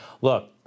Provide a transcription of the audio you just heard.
Look